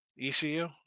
ECU